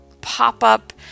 pop-up